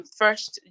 first